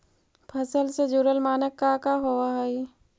फसल से जुड़ल मानक का का होव हइ?